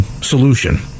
solution